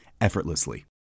effortlessly